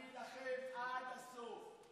אני אילחם עד הסוף.